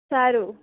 સારું